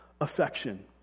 affection